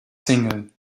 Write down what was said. single